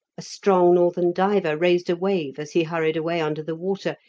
a strong northern diver raised a wave as he hurried away under the water,